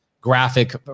graphic